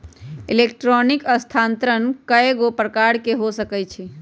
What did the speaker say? electronic स्थानान्तरण कएगो प्रकार के हो सकइ छै